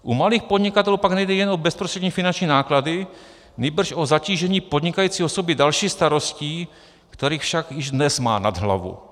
U malých podnikatelů pak nejde jen o bezprostřední finanční náklady, nýbrž o zatížení podnikající osoby další starostí, kterých však již dnes má nad hlavu.